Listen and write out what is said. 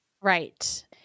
Right